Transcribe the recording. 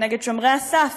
שומרי הסף,